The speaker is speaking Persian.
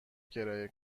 کرایه